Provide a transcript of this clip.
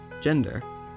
gender